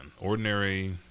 Ordinary